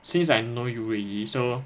since I know you already so